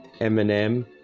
Eminem